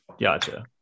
Gotcha